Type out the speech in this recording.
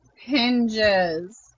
hinges